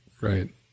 right